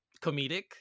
comedic